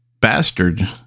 bastard